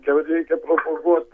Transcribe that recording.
reikia propoguot